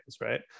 right